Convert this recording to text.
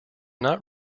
not